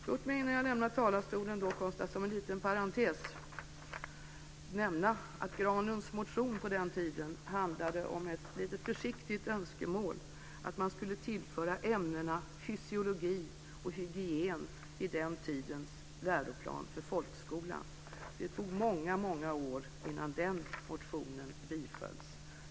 Låt mig innan jag lämnar talarstolen nämna som en liten parentes att Granlunds motion på den tiden handlade om ett litet försiktigt önskemål att man skulle tillföra ämnena fysiologi och hygien i den tidens läroplan för folkskolan. Det tog många år innan den motionen bifölls.